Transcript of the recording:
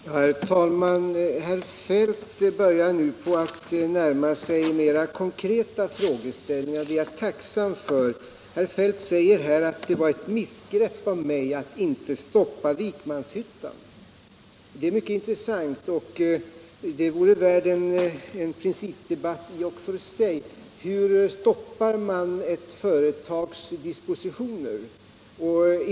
Herr talman! Herr Feldt börjar nu på att närma sig mera konkreta frågeställningar. Det är jag tacksam för. Herr Feldt säger att det var ett missgrepp av mig att inte stoppa nedläggningen av Vikmanshyttan. Det är mycket intressant och vore värt en principdebatt i och för sig. Hur stoppar man ett företags dispositioner?